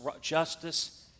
justice